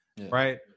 Right